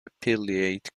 appellate